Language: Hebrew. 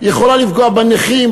היא יכולה לפגוע בנכים,